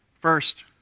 First